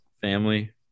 family